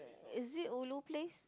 is it ulu place